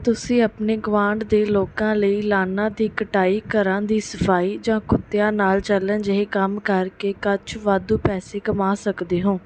ਤੁਸੀਂ ਆਪਣੇ ਗੁਆਂਢ ਦੇ ਲੋਕਾਂ ਲਈ ਲਾਅਨਾਂ ਦੀ ਕਟਾਈ ਘਰਾਂ ਦੀ ਸਫਾਈ ਜਾਂ ਕੁੱਤਿਆਂ ਨਾਲ ਚਲਣ ਜਿਹੇ ਕੰਮ ਕਰਕੇ ਕੁਝ ਵਾਧੂ ਪੈਸੇ ਕਮਾ ਸਕਦੇ ਹੋ